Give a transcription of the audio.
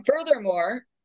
Furthermore